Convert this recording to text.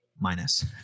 minus